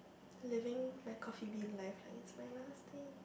living my Coffee Bean life like it's my last day